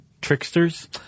tricksters